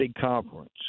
conference